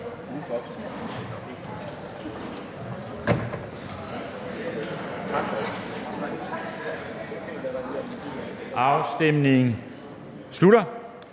Afstemningen slutter.